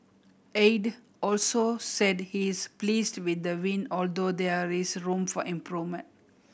Aide also said he is pleased with the win although there is room for improvement